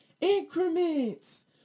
Increments